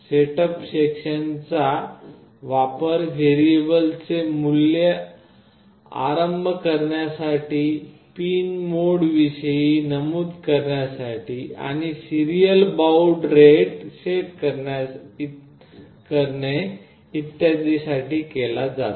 setup सेक्शनचा वापर व्हेरिएबल्सचे मूल्य आरंभ करण्यासाठी पिन मोड विषयी नमूद करण्यासाठी आणि सिरियल बाउड रेट सेट करणे इत्यादींसाठी केला जातो